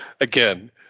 Again